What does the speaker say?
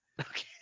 Okay